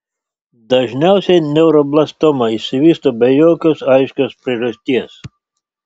dažniausiai neuroblastoma išsivysto be jokios aiškios priežasties